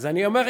אז אני אומר,